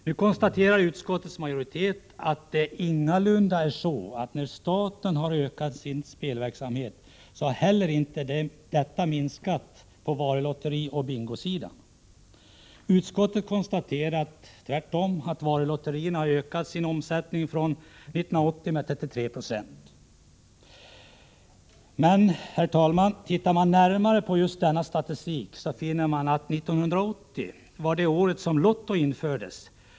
Nu konstaterar utskottets majoritet att när staten har ökat sin spelverksamhet, har detta inte medfört någon minskning på varulotterioch bingosidan. Utskottet konstaterar tvärtom att varulotterierna har ökat sin omsättning från 1980 med 33 96. Men tittar man närmare på denna statistik, finner man att 1980 var det året som lotto infördes.